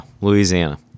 Louisiana